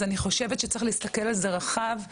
אז אני חושבת שצריך להסתכל על זה רחב,